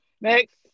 Next